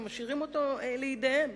ומשאירים אותו לידיהם.